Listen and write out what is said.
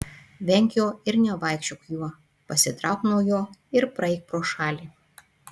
venk jo ir nevaikščiok juo pasitrauk nuo jo ir praeik pro šalį